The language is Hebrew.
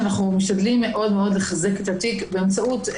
אנחנו משתדלים מאוד מאוד לחזק את התיק באמצעות,